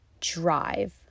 drive